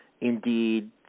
Indeed